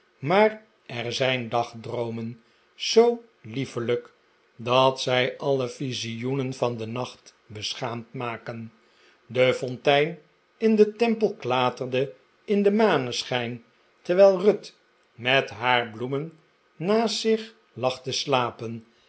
maar er zijn dagdroomen zoo liefelijk dat zij alle visioenen van den nacht beschaamd maken de fontein in den tempel klaterde in den maneschijn terwijl ruth met haar bloemen naast zich lag te slapen